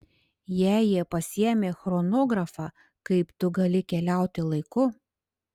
jei jie pasiėmė chronografą kaip tu gali keliauti laiku